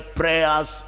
prayers